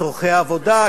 צורכי העבודה,